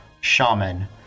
shaman